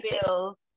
feels